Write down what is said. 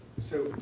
so,